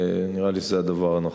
נראה לי שזה הדבר הנכון.